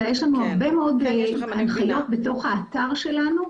אלא יש לנו הרבה מאוד הנחיות בתוך האתר שלנו.